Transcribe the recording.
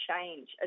change